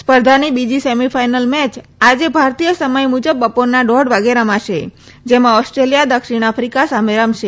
સ્પર્ધાની બીજી semi final match આજે ભારતીય સમય મુજબ બપોરના દોઢ વાગે રમાશે જેમાં ઓસ્ટ્રેલિયા દક્ષિણ આફિકા સામે રમશે